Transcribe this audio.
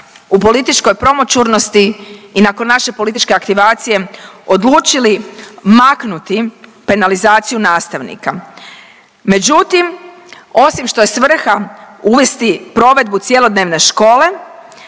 u političkoj promućurnosti i nakon naše političke aktivacije odlučili maknuti penalizaciju nastavnika. Međutim, osim što je svrha uvesti provedbu cjelodnevne škole